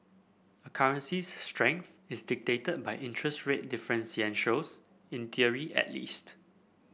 a currency's strength is dictated by interest rate differentials in theory at least